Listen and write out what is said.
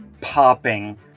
popping